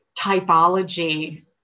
typology